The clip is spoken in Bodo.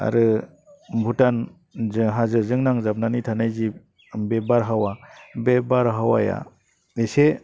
आरो भुटानजों हाजोजों नांजाबनानै थानाय जे बारहावा बे बारहावाया एसे